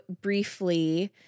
briefly